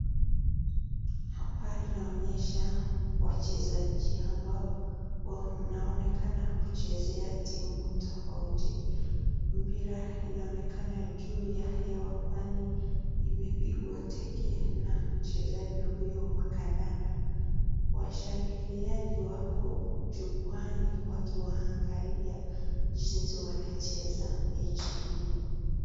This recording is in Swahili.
Hapa inaonyesha wachezaji ambao wanaonekana kuchezea timu tofauti. Mpira inaonekana juu ya hewa kwani imepigwa teke na mchezaji huyo wa kandanda. Washangiliaji wako jukwaani wakiwaangalia jinsi wanacheza mechi hiyo.